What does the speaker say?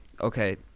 okay